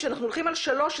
כשאנחנו הולכים על שלוש,